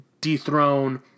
dethrone